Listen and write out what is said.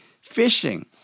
fishing